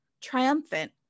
Triumphant